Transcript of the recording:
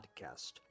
Podcast